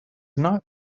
not